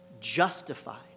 justified